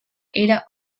era